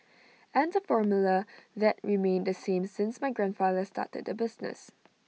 and the formula has remained the same since my grandfather started the business